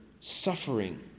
suffering